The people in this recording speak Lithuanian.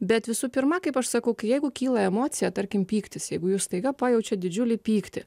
bet visų pirma kaip aš sakau kai jeigu kyla emocija tarkim pyktis jeigu jūs staiga pajaučiat didžiulį pyktį